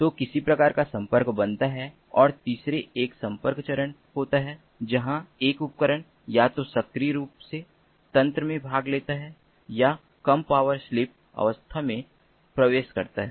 तो किसी प्रकार का संपर्क बनता है और तीसरा एक संपर्क चरण होता है जहां एक उपकरण या तो सक्रिय रूप से तंत्र में भाग लेता है या कम पावर स्लीप अवस्था में प्रवेश करता है